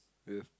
ya